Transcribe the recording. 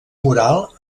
mural